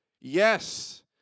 Yes